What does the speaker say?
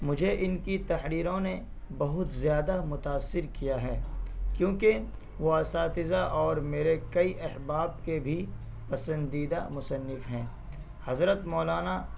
مجھے ان کی تحریروں نے بہت زیادہ متاثر کیا ہے کیونکہ وہ اساتذہ اور میرے کئی احباب کے بھی پسندیدہ مصنف ہیں حضرت مولانا